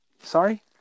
Sorry